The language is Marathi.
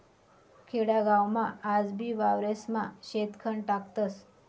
खेडागावमा आजबी वावरेस्मा शेणखत टाकतस